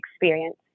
experience